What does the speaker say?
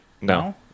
No